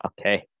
Okay